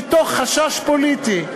מתוך חשש פוליטי.